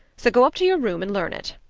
so go up to your room and learn it.